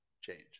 change